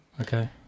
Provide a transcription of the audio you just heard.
Okay